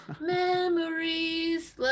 Memories